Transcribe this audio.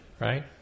right